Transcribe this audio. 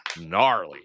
gnarly